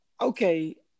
okay